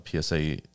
PSA